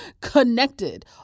connected